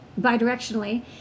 bidirectionally